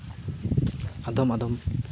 ᱟᱫᱚᱢ ᱟᱫᱚᱢ